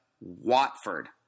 Watford